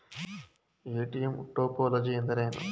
ATM topology ಎಂದರೇನು?